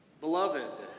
Beloved